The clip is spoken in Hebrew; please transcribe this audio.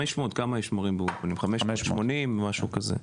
כמה מורים יש באולפנים, 580 משהו כזה.